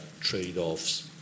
trade-offs